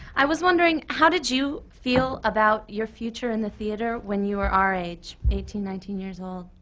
i was wondering, how did you feel about your future in the theatre when you were our age, eighteen, nineteen years old?